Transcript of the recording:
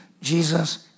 Jesus